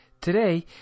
Today